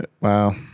wow